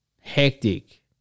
Hectic